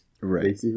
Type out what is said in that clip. right